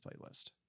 playlist